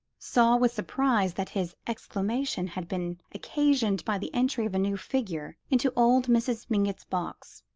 saw with surprise that his exclamation had been occasioned by the entry of a new figure into old mrs. mingott's box.